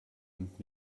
und